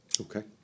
okay